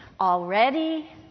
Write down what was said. Already